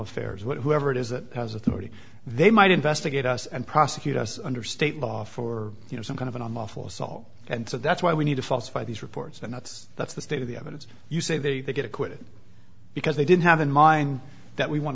affairs what whoever it is that has authority they might investigate us and prosecute us under state law for you know some kind of an unlawful assault and so that's why we need to falsify these reports and that's that's the state of the evidence you say they get acquitted because they didn't have in mind that we want